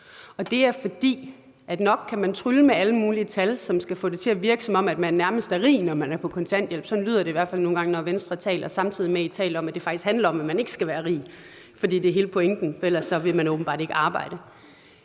og det er, fordi der nok kan trylles med alle mulige tal, som skal få det til at virke, som om man nærmest er rig, når man er på kontanthjælp – sådan lyder det i hvert fald nogle gange, når Venstre taler – samtidig med at Venstre faktisk taler om, at det handler om, at man ikke skal være rig. Det er hele pointen, for ellers vil man åbenbart ikke have arbejde.